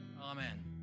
amen